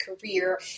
career